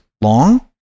long